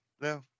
no